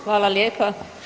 Hvala lijepa.